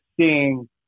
seeing